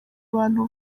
bantu